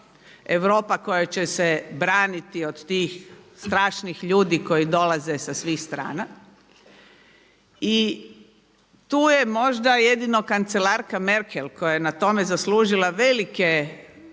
Europa koja će se braniti od tih strašnih ljudi koji dolaze sa svih strana. I tu je možda jedino kancelarka Merkel koja je na tome zaslužila velike političke